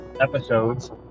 episodes